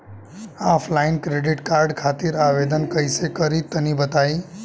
Offline credit card खातिर आवेदन कइसे करि तनि बताई?